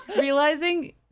realizing